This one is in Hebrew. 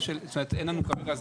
זאת אומרת אין לנו כרגע,